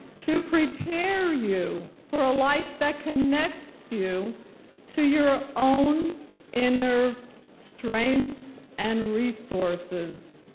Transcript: to prepare you for a life that connects you to your own inner strengths and resources,